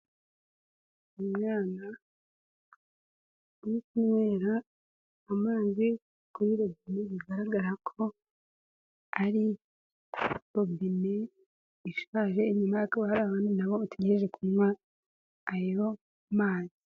Umwana uri kunywera amazi kuri robine bigaragara ko ari robine ishaje, inyuma y'aho hakaba hari abandi n'abo bvategereje kunywa ayo mazi.